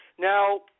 Now